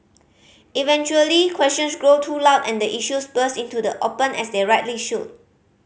eventually questions grow too loud and the issues burst into the open as they rightly should